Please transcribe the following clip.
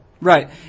Right